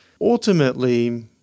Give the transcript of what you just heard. Ultimately